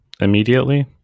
immediately